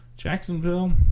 Jacksonville